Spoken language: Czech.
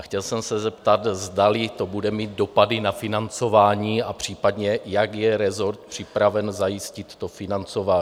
Chtěl jsem se zeptat, zdali to bude mít dopady na financování, případně jak je rezort připraven zajistit financování.